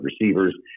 receivers